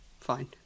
fine